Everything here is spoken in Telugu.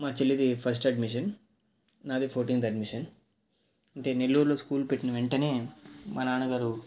మా చెల్లిది ఫస్ట్ అడ్మిషన్ నాది ఫోర్టీన్త్ అడ్మిషన్ అంటే నెల్లూరులో స్కూల్ పెట్టిన వెంటనే మా నాన్నగారు